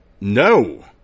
no